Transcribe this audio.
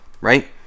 right